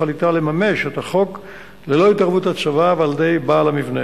שתכליתה לממש את החוק ללא התערבות הצבא על-ידי בעל המבנה.